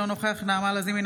אינו נוכח נעמה לזימי,